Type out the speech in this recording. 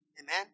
Amen